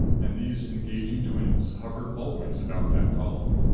and these engaging twins hovered always about that column.